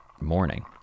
morning